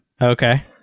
Okay